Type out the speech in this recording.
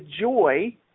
joy